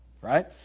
Right